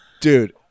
Dude